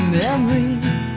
memories